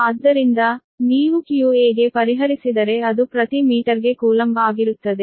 ಆದ್ದರಿಂದ ನೀವು qa ಗೆ ಪರಿಹರಿಸಿದರೆ ಅದು ಪ್ರತಿ ಮೀಟರ್ಗೆ ಕೂಲಂಬ್ ಆಗಿರುತ್ತದೆ